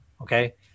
okay